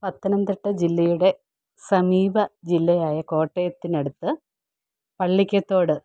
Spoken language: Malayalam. പത്തനംത്തിട്ട ജില്ലയുടെ സമീപ ജില്ലയായ കോട്ടയത്തിനടുത്ത് പള്ളിക്കൽതോട്